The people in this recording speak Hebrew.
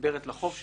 שנצבר לחוב שלו,